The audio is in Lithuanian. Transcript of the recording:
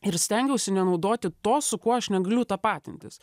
ir stengiausi nenaudoti to su kuo aš negaliu tapatintis